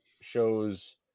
shows